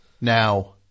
Now